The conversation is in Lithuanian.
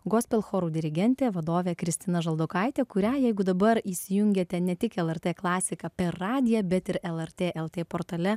gospel chorų dirigentė vadovė kristina žaldokaitė kurią jeigu dabar įsijungėte ne tik lrt klasiką per radiją bet ir lrt lt portale